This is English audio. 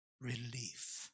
relief